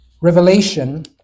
Revelation